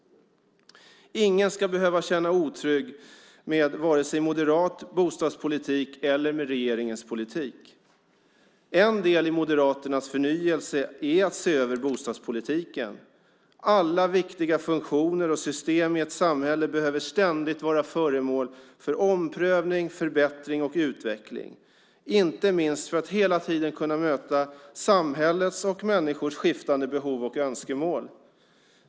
Ingen ska behöva känna sig otrygg med vare sig moderat bostadspolitik eller regeringens politik. En del i Moderaternas förnyelse är att se över bostadspolitiken. Alla viktiga funktioner och system i ett samhälle behöver ständigt vara föremål för omprövning, förbättring och utveckling, inte minst för att hela tiden kunna möta samhällets och människornas skiftande behov och önskemål.